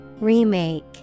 Remake